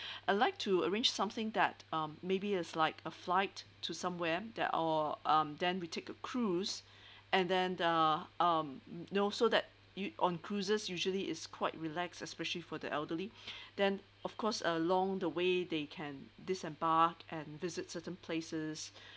I'd like to arrange something that um maybe is like a flight to somewhere there or um then we take a cruise and then the um know so that you on cruises usually it's quite relax especially for the elderly then of course along the way they can disembark and visit certain places